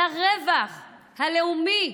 על הרווח הלאומי,